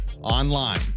online